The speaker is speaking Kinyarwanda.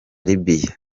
libya